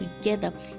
together